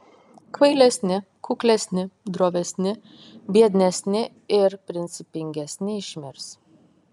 kvailesni kuklesni drovesni biednesni ir principingesni išmirs